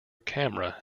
camera